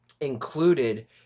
included